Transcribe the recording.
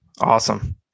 Awesome